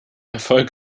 erfolg